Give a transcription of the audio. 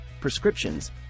prescriptions